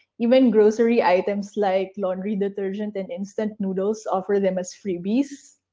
even grocery items like laundry detergent and instant noodles offer them as freebies,